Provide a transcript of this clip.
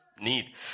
Need